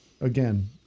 again